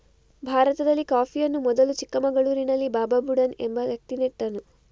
ಭಾರತದಲ್ಲಿ ಕಾಫಿಯನ್ನು ಮೊದಲು ಚಿಕ್ಕಮಗಳೂರಿನಲ್ಲಿ ಬಾಬಾ ಬುಡನ್ ಎಂಬ ವ್ಯಕ್ತಿ ನೆಟ್ಟನು